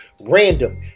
Random